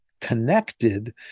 connected